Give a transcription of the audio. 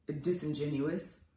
disingenuous